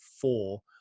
four